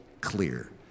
clear